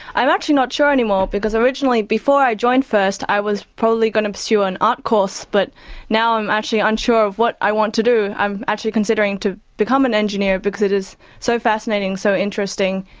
i'm actually not sure any more because originally, before i joined first, i was probably going to pursue an art course but now i'm actually unsure of what i want to do. i'm actually considering to become an engineer, because it is so fascinating and so interesting.